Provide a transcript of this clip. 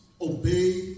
obey